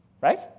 right